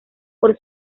por